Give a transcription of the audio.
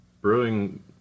Brewing